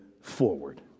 forward